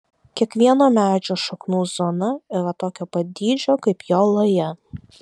kiekvieno medžio šaknų zona yra tokio pat dydžio kaip jo laja